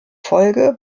folge